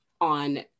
on